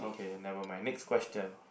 okay never mind next question